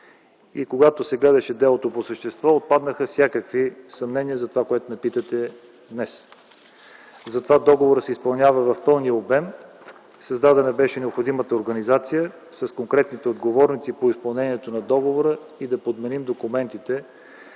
Когато се гледаше делото по същество, отпаднаха всякакви съмнения за това, което ме питате днес. Затова договорът се изпълнява в пълния обем. Създадена беше необходимата организация с конкретните отговорници по изпълнението на договора – да подменим документите,